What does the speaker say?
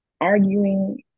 arguing